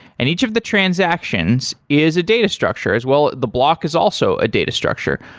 and each of the transaction so is a data structure, as well the block is also a data structure.